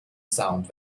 sound